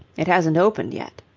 it hasn't opened yet.